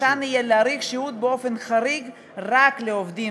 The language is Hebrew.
אפשר יהיה להאריך שהות באופן חריג רק לעובדים